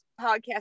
podcast